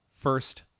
first